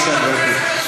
בבקשה, גברתי.